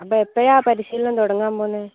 അപ്പോൾ എപ്പഴാണ് പരിശീലനം തുടങ്ങാൻ പോകുന്നത്